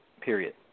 period